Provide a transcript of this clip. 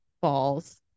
falls